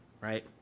right